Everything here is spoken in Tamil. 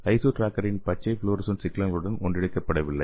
லைசோ ட்ராக்கரின் பச்சை ஃப்ளோரசன்ட் சிக்னல்களுடன் ஒன்றிணைக்கப்படவில்லை